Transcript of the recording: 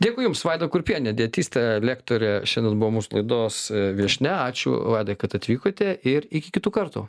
dėkui jums vaida kurpienė dietistė lektorė šiandien buvo mūsų laidos viešnia ačiū vaida kad atvykote ir iki kitų kartų